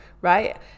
right